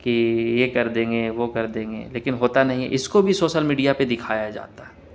کہ یہ کر دیں گے وہ کر دیں گے لیکن ہوتا نہیں اس کو بھی سوسل میڈیا پہ دکھایا جاتا ہے